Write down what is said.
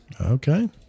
Okay